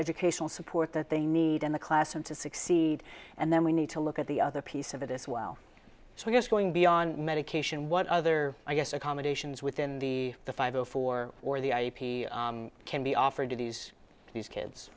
educational support that they need in the classroom to succeed and then we need to look at the other piece of it as well so we're just going beyond medication what other i guess accommodations within the the five zero four or the ip can be offered to these these kids